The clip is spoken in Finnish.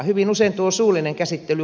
hyvin usein tuo suullinen käsittely